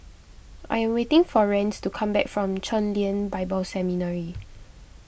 I am waiting for Rance to come back from Chen Lien Bible Seminary